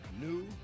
new